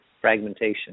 fragmentation